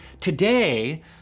today